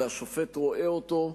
השופט רואה אותו,